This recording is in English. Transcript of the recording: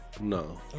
No